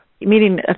meeting